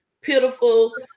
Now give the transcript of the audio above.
pitiful